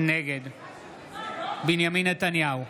נגד בנימין נתניהו,